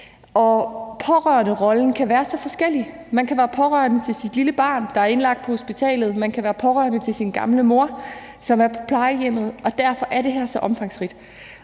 og pårørenderollen kan være så forskellig. Man kan være pårørende til sit lille barn, der er indlagt på hospitalet, og man kan være pårørende til sin gamle mor, som er på plejehjemmet, og derfor er det her så omfangsrigt.